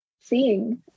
seeing